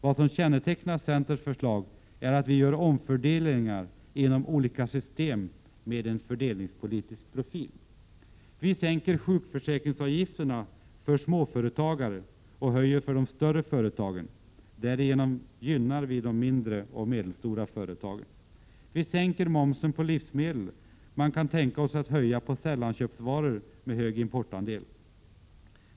Vad som kännetecknar centerns förslag är att vi inom olika system gör omfördelningar med en fördelningspolitisk profil. Oo Vi sänker sjukförsäkringsavgifterna för småföretagare och höjer avgifterna för de större företagen. Därigenom gynnar vi de mindre och medelstora företagen. Oo Vi sänker momsen på livsmedel. Men vi kan tänka oss en höjning av momsen på ss.k. sällanköpsvaror med hög importandel.